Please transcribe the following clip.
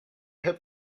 hope